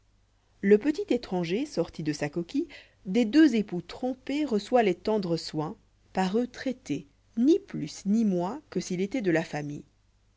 le petit étranger sorti de sa coquille des deux époux trompés reçoit les tendres soins par eux traité ni plus ni moins que s'il était de la famille